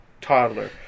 toddler